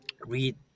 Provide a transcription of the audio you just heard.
read